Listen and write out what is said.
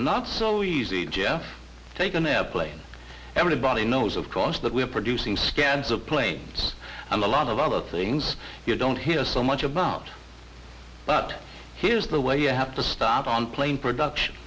not so easy jet take an airplane everybody knows of course that we're producing scans of planes and a lot of other things you don't hear so much about but here's the way you have to start on plane production